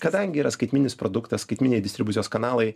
kadangi yra skaitmeninis produktas skaitmeniniai distribucijos kanalai